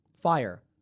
fire